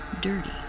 dirty